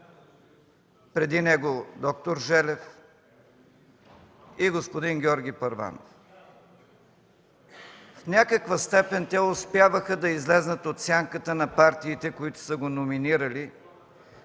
преди него д-р Желев, и господин Георги Първанов. В някаква степен те успяваха да излязат от сянката на партиите, които са ги номинирали